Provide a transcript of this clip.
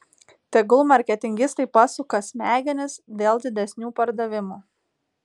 tegul marketingistai pasuka smegenis dėl didesnių pardavimų